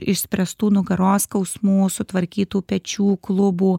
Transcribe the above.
išspręstų nugaros skausmų sutvarkytų pečių klubų